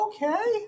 Okay